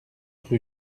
rue